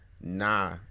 nah